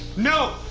no